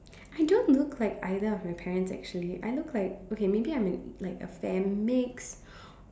I don't look like either of my parents actually I look like okay maybe I'm like a fair mix